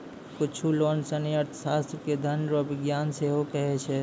कुच्छु लोग सनी अर्थशास्त्र के धन रो विज्ञान सेहो कहै छै